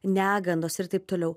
negandos ir taip toliau